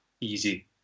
Easy